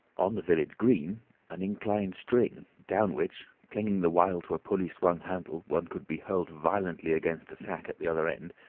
on the village green an inclined strong rope, down which, clinging the while to a pulley-swung handle, one could be hurled violently against a sack at the other end,